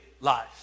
lives